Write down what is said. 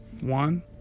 one